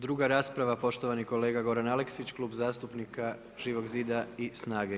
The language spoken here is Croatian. Druga rasprava, poštovani kolega Goran Aleksić, Klub zastupnika Život zida i SNAGA-e.